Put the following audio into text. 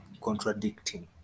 contradicting